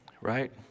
right